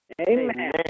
Amen